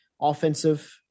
offensive